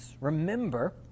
Remember